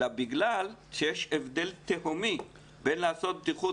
אלא בגלל שיש הבדל תהומי בין עשיית בטיחות